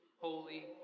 holy